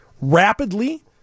Rapidly